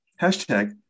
hashtag